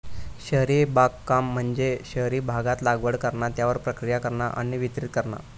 शहरी बागकाम म्हणजे शहरी भागात लागवड करणा, त्यावर प्रक्रिया करणा, अन्न वितरीत करणा